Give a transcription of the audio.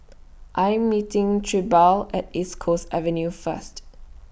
I Am meeting Trilby At East Coast Avenue First